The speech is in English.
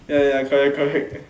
ya ya ya correct correct